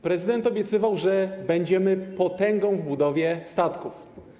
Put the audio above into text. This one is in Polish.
Prezydent obiecywał, że będziemy potęgą w budowie statków.